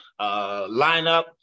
lineup